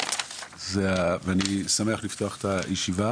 אני שמח לפתוח את הישיבה